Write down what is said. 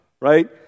right